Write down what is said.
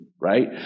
right